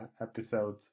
episode